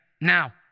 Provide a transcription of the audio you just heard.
Now